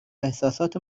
احساسات